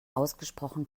ausgesprochen